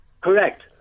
Correct